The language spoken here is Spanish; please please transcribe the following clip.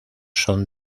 son